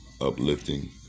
uplifting